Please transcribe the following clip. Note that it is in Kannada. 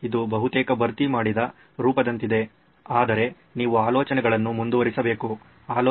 ಇದು ಬಹುತೇಕ ಭರ್ತಿ ಮಾಡಿದ ರೂಪದಂತಿದೆ ಆದರೆ ನೀವು ಆಲೋಚನೆಯನ್ನು ಮುಂದುವರಿಸಬೇಕು